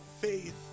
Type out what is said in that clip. faith